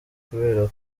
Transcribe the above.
kubera